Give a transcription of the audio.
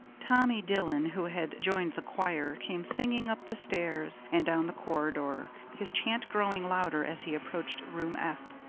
tommy dillon, who had joined the choir, came singing up the stairs and down the corridor, his chant growing louder as he approached room f.